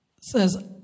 says